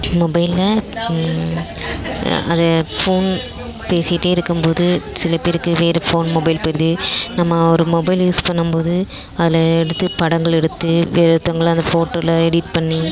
மொபைலில் அதை ஃபோன் பேசிகிட்டே இருக்கும்போது சில பேருக்கு வேறு ஃபோன் மொபைல் போயிடுது நம்ம ஒரு மொபைல் யூஸ் பண்ணும் போது அதில் எடுத்த படங்கள் எடுத்து வேறொருத்தவர்கள அந்த ஃபோட்டோவில் எடிட் பண்ணி